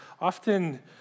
often